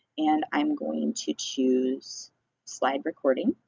and i'm going to choose slide recording.